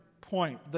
point